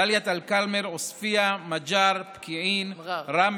דאלית אל-כרמל, עוספיא, מג'אר מר'אר.